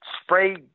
spray